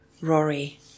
Rory